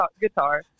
guitar